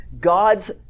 God's